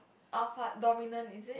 alpha dominant is it